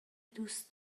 دوست